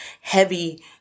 heavy